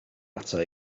ata